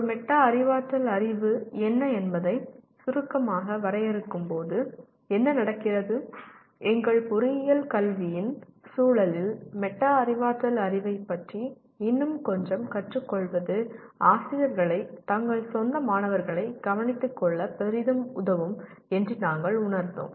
ஒரு மெட்டா அறிவாற்றல் அறிவு என்ன என்பதை சுருக்கமாக வரையறுக்கும்போது என்ன நடக்கிறது எங்கள் பொறியியல் கல்வியின் சூழலில் மெட்டா அறிவாற்றல் அறிவைப் பற்றி இன்னும் கொஞ்சம் கற்றுக்கொள்வது ஆசிரியர்களை தங்கள் சொந்த மாணவர்களைக் கவனித்துக் கொள்ள பெரிதும் உதவும் என்று நாங்கள் உணர்ந்தோம்